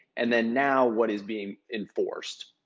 and then now what is being enforced.